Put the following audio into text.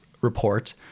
report